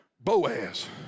Boaz